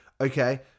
okay